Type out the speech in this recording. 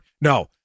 No